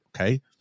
okay